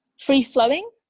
Free-flowing